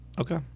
Okay